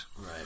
Right